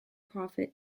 profit